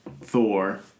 Thor